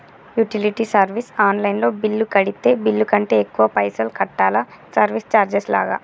Utility service online లో bill కడితే bill కంటే ఎక్కువ పైసల్ కట్టాలా సర్వీస్ చార్జెస్ లాగా?